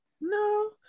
no